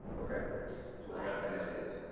okay. it's flat. i got a guess.